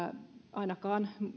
ainakaan